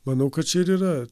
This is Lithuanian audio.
manau kad čia ir yra